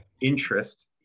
interest